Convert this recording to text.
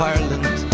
Ireland